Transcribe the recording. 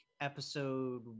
episode